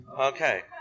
okay